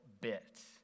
bit